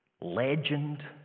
legend